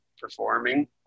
performing